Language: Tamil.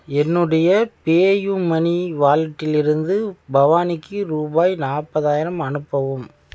என்னுடைய பேயூ மணி வாலட்டிலிருந்து பவானிக்கு ரூபாய் நாற்பதாயிரம் அனுப்பவும்